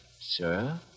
Sir